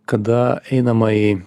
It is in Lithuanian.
kada einama į